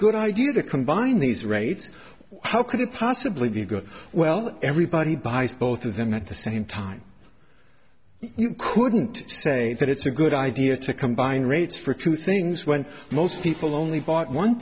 good idea to combine these rates how could it possibly be good well everybody buys both of them at the same time couldn't say that it's a good idea to combine rates for two things when most people only bought one